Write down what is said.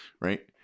right